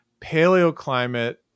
paleoclimate